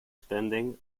spending